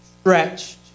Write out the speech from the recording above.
stretched